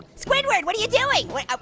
squidward, what are you doing? what,